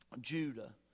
Judah